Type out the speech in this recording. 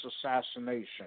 assassination